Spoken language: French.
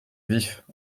vif